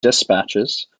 despatches